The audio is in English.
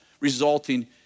resulting